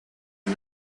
and